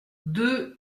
deux